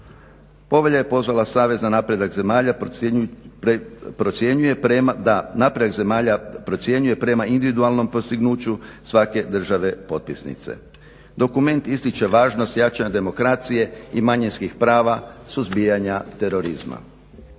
Povelja je pozvala Savez na napredak zemalja procjenjuje prema individualnom postignuću svake države potpisnice. Dokument ističe važnost jačanja demokracije i manjinskih prava suzbijanja terorizma,